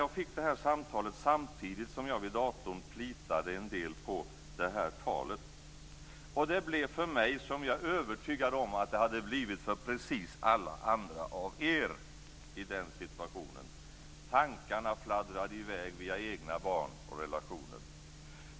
Jag fick det här samtalet samtidigt som jag satt vid datorn och plitade på det här talet. Det blev för mig som jag är övertygad om att det hade blivit för precis alla andra av er i den situationen; tankarna fladdrade i väg via egna barn och relationer.